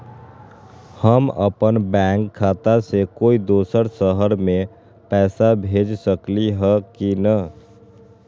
हम अपन बैंक खाता से कोई दोसर शहर में पैसा भेज सकली ह की न?